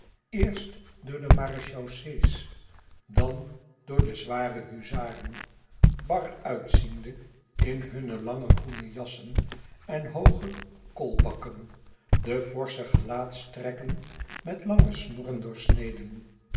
eerst door de maréchaussée's dan door de zware huzaren bar uitziende in hunne lange groene jassen en hooge kolbakken de forsche gelaatstrekken met lange snorren doorsneden